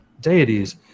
deities